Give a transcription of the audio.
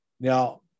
Now